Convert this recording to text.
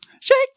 Shake